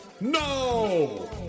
No